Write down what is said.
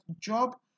job